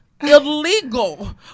illegal